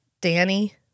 Danny